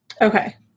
Okay